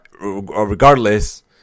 Regardless